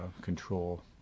control